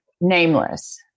nameless